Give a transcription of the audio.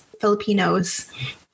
Filipinos